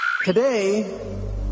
Today